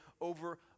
over